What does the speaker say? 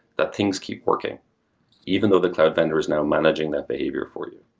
that things keep working even though the cloud vendor is now managing that behavior for you.